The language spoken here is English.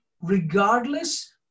regardless